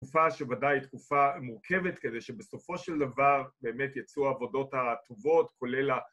תקופה שוודאי תקופה מורכבת, כדי שבסופו של דבר באמת יצאו עבודות הטובות, כולל...